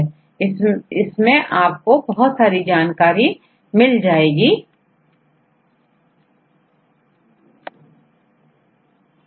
Brendaमैं बहुत सारी इंफॉर्मेशन रखी गई है उदाहरण के तौर पर यदि आप कोई एंजाइम ले